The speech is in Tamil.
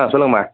ஆ சொல்லுங்கம்மா